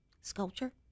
sculpture